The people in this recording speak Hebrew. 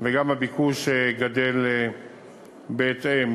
וגם הביקוש גדל בהתאם.